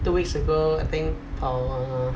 two weeks ago I think err